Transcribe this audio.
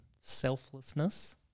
selflessness